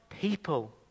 people